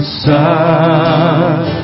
sun